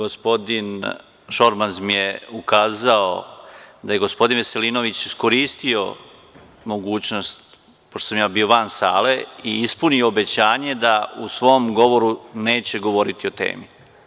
Gospodin Šormaz mi je ukazao da je gospodin Veselinović iskoristio mogućnost, pošto sam ja bio van sale i ispunio obećanje da u svom govoru neće govoriti o temi.